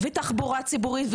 תחבורה ציבורית,